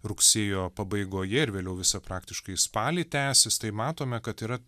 rugsėjo pabaigoje ir vėliau visą praktiškai spalį tęsis tai matome kad yra